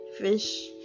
fish